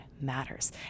matters